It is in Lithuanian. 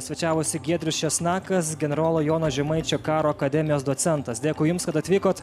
svečiavosi giedrius česnakas generolo jono žemaičio karo akademijos docentas dėkui jums kad atvykot